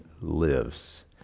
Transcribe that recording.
lives